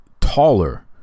taller